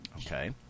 Okay